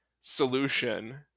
solution